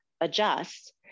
adjust